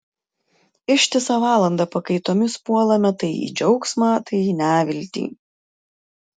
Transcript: ištisą valandą pakaitomis puolame tai į džiaugsmą tai į neviltį